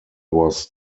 was